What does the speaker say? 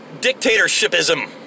Dictatorshipism